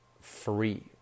free